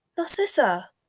Narcissa